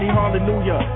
hallelujah